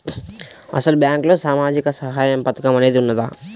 అసలు బ్యాంక్లో సామాజిక సహాయం పథకం అనేది వున్నదా?